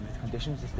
conditions